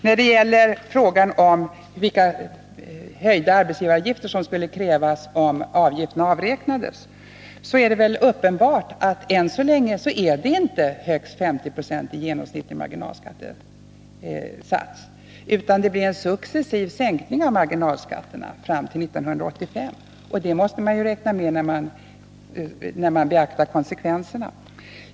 När det gäller frågan om vilka höjda arbetsgivaravgifter som skulle krävas om avgifterna avräknades, så är det väl uppenbart att än så länge är det inte högst 50 96 i genomsnittlig marginalskattesats, utan man måste räkna med de marginalskatter som gäller fram till 1985.